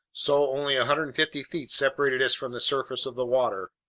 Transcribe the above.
so only hundred and fifty feet separated us from the surface of the water.